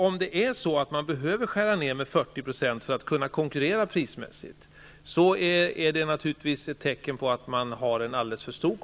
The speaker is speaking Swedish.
Om det behövs nedskärningar om 40 % för att det skall vara möjligt att konkurrera prismässigt, är det naturligtvis ett tecken på att den kostym som man i dag har är alldeles för stor.